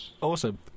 awesome